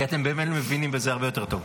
כי אתם באמת מבינים בזה הרבה יותר טוב.